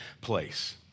place